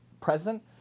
present